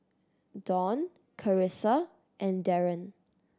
Dawne Carissa and Darryn